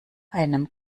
einem